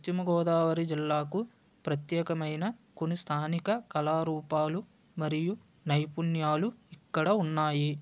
పశ్చిమగోదావరి జిల్లాకు ప్రత్యేకమైన కొన్ని స్థానిక కళారూపాలు మరియు నైపుణ్యాలు ఇక్కడ ఉన్నాయి